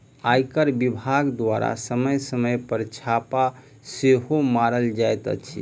आयकर विभाग द्वारा समय समय पर छापा सेहो मारल जाइत अछि